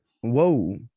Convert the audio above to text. Whoa